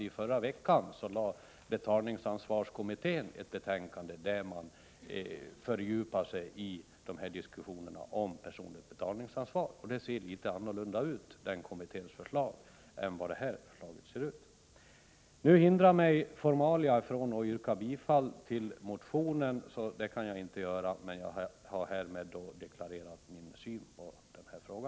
I förra veckan lade betalningsansvarskommittén fram ett betänkande, där den fördjupade sig i de frågor som rör personligt betalningsansvar. Kommitténs förslag ser litet annorlunda ut än det vi nu diskuterar. Formalia hindrar mig från att yrka bifall till motionen, men jag har härmed deklarerat min syn i denna fråga.